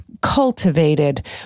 cultivated